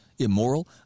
Immoral